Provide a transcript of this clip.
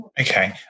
Okay